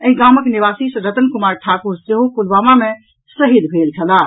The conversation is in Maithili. एहि गाम निवासी रतन कुमार ठाकुर सेहो पुलवामा मे शहीद भेल छलाह